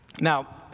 Now